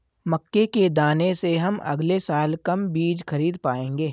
मक्के के दाने से हम अगले साल कम बीज खरीद पाएंगे